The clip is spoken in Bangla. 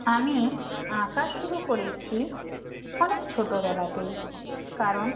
আমি আঁকা শুরু করেছি অনেক ছোটোবেলাতেই কারণ